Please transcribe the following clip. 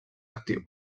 actiu